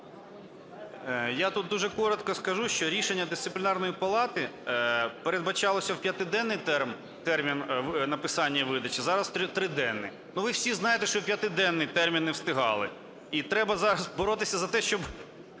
Я тут дуже коротко скажу, що рішення Дисциплінарної палати передбачалося в п'ятиденний термін, написання і видача, зараз – в триденний. Ну, ви всі знаєте, що і в п'ятиденний термін не встигали, і треба зараз боротися за те, щоб